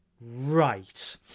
Right